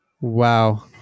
Wow